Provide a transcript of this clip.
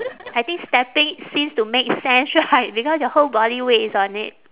I think stepping seems to make sense right because your whole body weight is on it